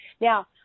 Now